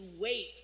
wait